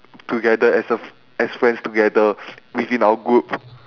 together as a f~ as friends together within our group